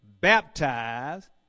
baptized